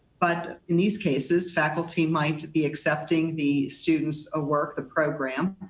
but in these cases, faculty might be accepting the students ah work the program,